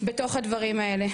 בתוך הדברים האלה,